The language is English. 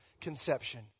Conception